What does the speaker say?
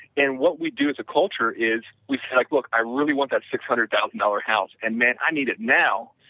and what we do as a culture is like look i really want that six hundred thousand dollars house, and man, i need it now.